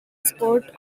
sport